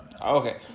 Okay